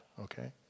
okay